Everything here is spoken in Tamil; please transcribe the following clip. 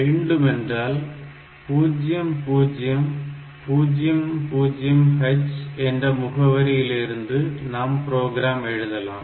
வேண்டுமென்றால் 0000h என்ற முகவரியில் இருந்து நாம் புரோகிராம் எழுதலாம்